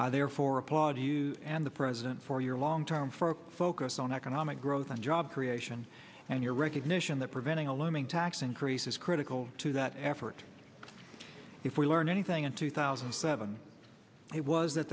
future therefore applaud you and the president for your long term for focus on economic growth and job creation and your recognition that preventing a looming tax increase is critical to that effort if we learn anything in two thousand and seven it was that